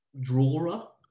Drawer